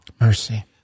Mercy